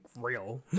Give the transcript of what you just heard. real